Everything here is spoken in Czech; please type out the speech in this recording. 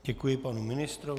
Děkuji panu ministrovi.